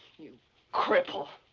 you cripple!